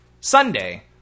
Sunday